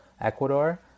Ecuador